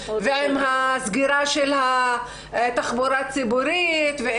ועם סגירת התחבורה הציבורית.